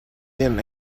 them